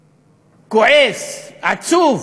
כועס, עצוב.